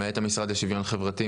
למעט המשרד לשוויון חברתי,